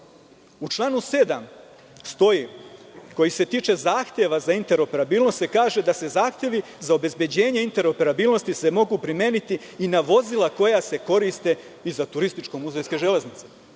U članu 7. stoji – koji se tiče zahteva za interoperabilnost se kaže da se zahtevi za obezbeđenje interoperabilnosti se mogu primeniti i na vozila koja se koriste i za turističko-muzejske železnice.